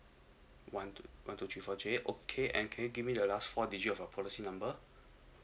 one two one two three four J okay and can you give me the last four digit of a policy number